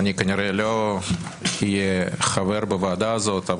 אני כנראה לא אהיה חבר בוועדה הזאת,